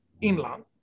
inland